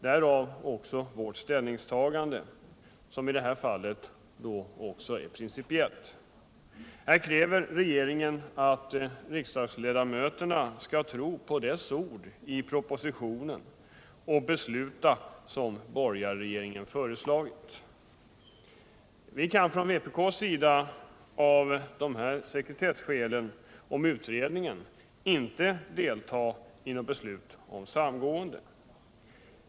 Därav kommer sig vårt ställningstagande, som i det här fallet också är principiellt. Här kräver ju borgarregeringen att riksdagsledamöterna skall tro på dess ord i propositionen och besluta som den föreslagit. Från vpk:s sida kan vi på grund av sekretessen kring utredningen inte delta i något beslut om samgående.